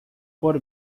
por